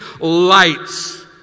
lights